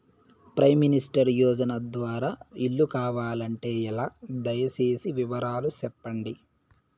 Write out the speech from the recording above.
Prime minister యోజన ద్వారా ఇల్లు కావాలంటే ఎలా? దయ సేసి వివరాలు సెప్పండి?